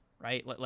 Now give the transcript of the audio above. right